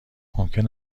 ممکن